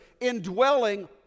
indwelling